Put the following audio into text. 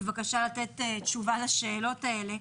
בבקשה לתת תשובה לשאלות האלה.